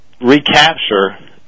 recapture